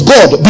God